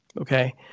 okay